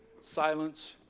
silence